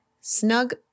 snug